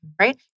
right